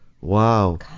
Wow